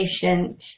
patient